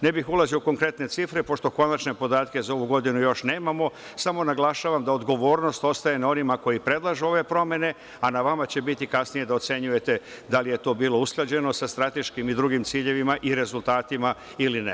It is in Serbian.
Ne bih ulazio u konkretne cifre, pošto konačne podatke za ovu godinu još nemamo, samo naglašavam da odgovornost ostaje na onima koji predlažu ove promene, a na vama će biti kasnije da ocenjujete da li je to bilo usklađeno sa strateškim i drugim ciljevima i rezultatima ili ne.